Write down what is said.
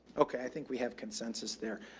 okay. i think we have consensus there.